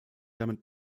damit